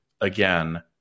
Again